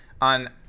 on